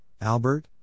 Albert